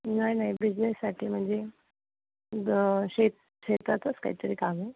नाही नाही बिझनेससाठी म्हणजे शेत शेताचंच काहीतरी काम आहे